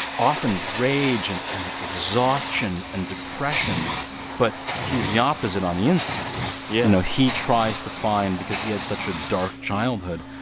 often rage and and exhaustion and depression but he's the opposite on the inside yeah you know, he tries to find because he had such a dark childhood,